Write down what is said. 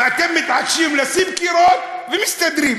ואתם מתעקשים לשים קירות ומסתדרים.